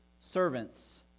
servants